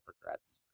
regrets